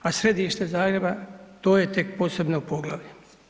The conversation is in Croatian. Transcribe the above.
A središte Zagreba, to je tek posebno poglavlje.